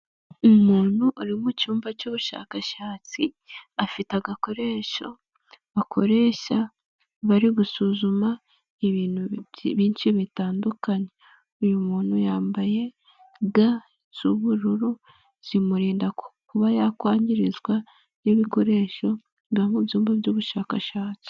Umuntu ari mu cyumba cy'ubushakashatsi, afite agakoresho bakoresha bari gusuzuma ibintu byinshi bitandukanye. Uyu muntu yambaye Ga z'ubururu, zimurinda kuba yakwangirizwa n'ibikoresho byo mu byumba by'ubushakashatsi.